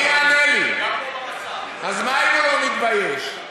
אז מי מתבייש?